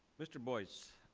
mr. boyce,